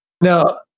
Now